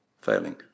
failing